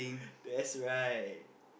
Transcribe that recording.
that's right